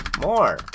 more